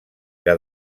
que